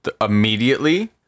immediately